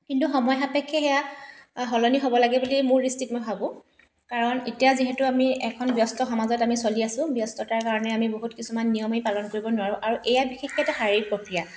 কিন্তু সময় সাপেক্ষে সেয়া সলনি হ'ব লাগে বুলি মোৰ দৃষ্টিত মই ভাবোঁ কাৰণ এতিয়া যিহেতু আমি এখন ব্যস্ত সমাজত আমি চলি আছোঁ ব্যস্ততাৰ কাৰণে আমি বহুত কিছুমান নিয়মেই পালন কৰিব নোৱাৰোঁ আৰু এয়া বিশেষকৈ এটা শাৰীৰিক প্ৰক্ৰিয়া